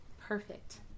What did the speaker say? perfect